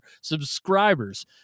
subscribers